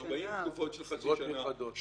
40 תקופות של חצי שנה.